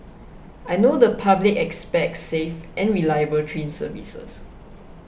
I know the public expects safe and reliable train services